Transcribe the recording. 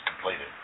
completed